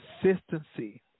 consistency